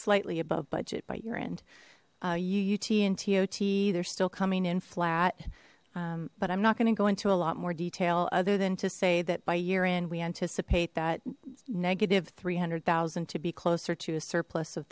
slightly above budget but your end you you t and t ot they're still coming in flat but i'm not going to go into a lot more detail other than to say that by year end we anticipate that negative three hundred thousand to be closer to a surplus of